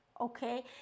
okay